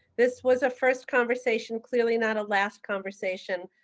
this was a first conversation, clearly not a last conversation.